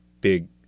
big